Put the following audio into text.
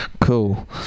Cool